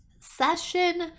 session